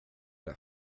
det